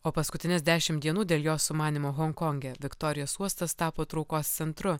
o paskutines dešimt dienų dėl jo sumanymo honkonge viktorijos uostas tapo traukos centru